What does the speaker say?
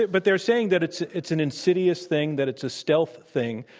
but they're saying that it's it's an insidious thing, that it's a stealth thing,